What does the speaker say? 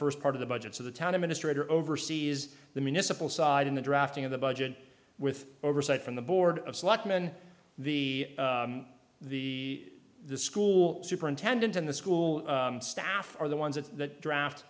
first part of the budget so the town administrator oversees the municipal side in the drafting of the budget with oversight from the board of selectmen the the the school superintendent and the school staff are the ones that draft